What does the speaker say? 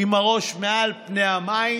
עם הראש מעל פני המים.